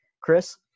Chris